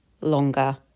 longer